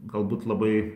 galbūt labai